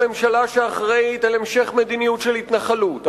הממשלה שאחראית להמשך מדיניות של התנחלות,